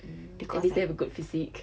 mm at least they have a good physics